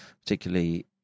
particularly